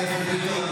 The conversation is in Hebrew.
חבר הכנסת ביטון,